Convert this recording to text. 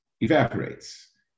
evaporates